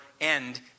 end